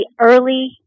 early